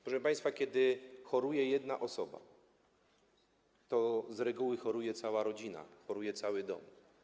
Proszę państwa, kiedy choruje jedna osoba, to z reguły choruje cała rodzina, choruje cały dom.